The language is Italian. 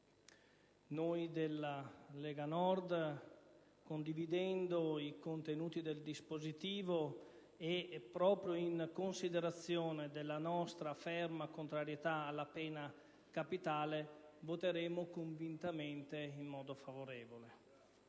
noi della Lega Nord, condividendone i contenuti del dispositivo e in considerazione della nostra ferma contrarietà alla pena capitale, voteremo convintamente in modo favorevole.